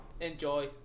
enjoy